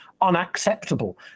unacceptable